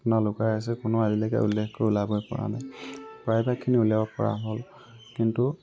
আপোনাৰ লুকাই আছে কোনো আজিলৈকে উল্লেখ কৰি ওলাবই পাৰা নাই প্ৰায়ভাগখিনি উলিয়াব পৰা হ'ল কিন্তু